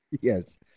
Yes